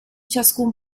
ciascun